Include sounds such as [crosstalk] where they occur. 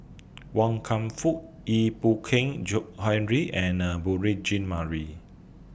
Wan Kam Fook Ee Boon Keng [unintelligible] Henry and A Beurel Jean Marie